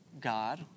God